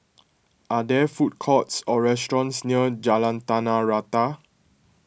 are there food courts or restaurants near Jalan Tanah Rata